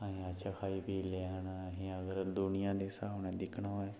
अस अच्छा खाई पीऽ लैने न ते असें अगर दुनिया दे स्हाब नाल दिक्खना होऐ